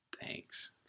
Thanks